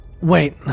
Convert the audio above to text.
Wait